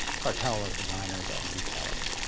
cartel of designers and retailers.